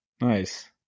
Nice